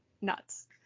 Nuts